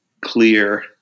clear